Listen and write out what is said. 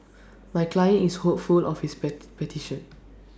my client is hopeful of his petition